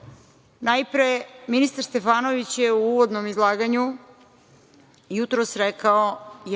mislim. Najpre, ministar Stefanović je u uvodnom izlaganju jutros rekao